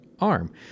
arm